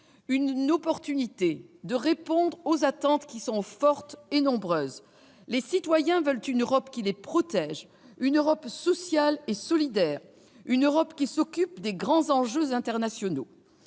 une occasion de répondre à leurs attentes, qui sont fortes et nombreuses : les citoyens veulent une Europe qui les protège, une Europe sociale et solidaire, une Europe qui s'occupe des grands enjeux internationaux.